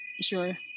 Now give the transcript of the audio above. Sure